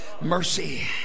mercy